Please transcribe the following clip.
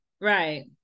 Right